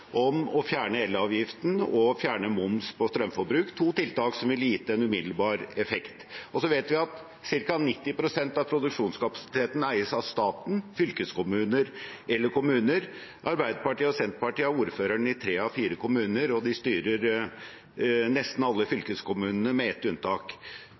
om å fjerne elavgiften og moms på strømforbruk, som er to tiltak som ville gitt en umiddelbar effekt. Vi vet også at ca. 90 pst. av produksjonskapasiteten eies av stat, fylkeskommuner eller kommuner. Arbeiderpartiet og Senterpartiet har ordføreren i tre av fire kommuner, og de styrer nesten alle fylkeskommunene, med ett unntak.